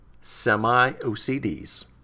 semi-OCDs